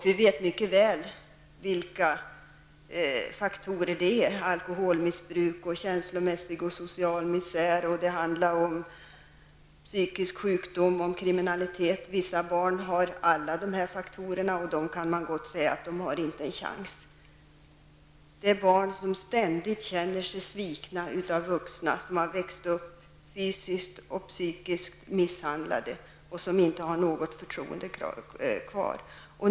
Vi vet mycket väl vilka faktorer det är. Det handlar om alkoholmissbruk, känslomässig och social misär, psykisk sjukdom och kriminalitet. Vissa barn lever med alla de här faktorerna. Om dem kan man gott säga att de inte har en chans. Det är barn som ständigt känner sig svikna av vuxna, som har vuxit upp med fysisk och psykisk misshandlel och som inte har något förtroende kvar.